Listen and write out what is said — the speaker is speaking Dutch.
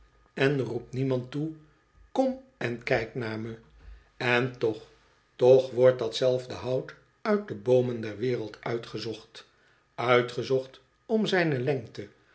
en roept niemand toe kom en kijk naar me en toch toch wordt datzelfde hout uit de boomen der wereld uitgezocht uitgezocht om zijne lengte